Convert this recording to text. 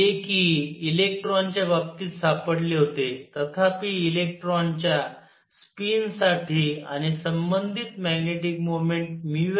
जे कि इलेक्ट्रॉनच्या बाबतीत सापडले होते तथापि इलेक्ट्रॉनच्या स्पिन साठी आणि संबंधित मॅग्नेटिक मोमेन्टsआहे